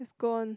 it's gone